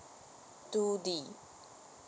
two D